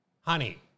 Honey